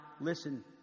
listen